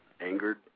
angered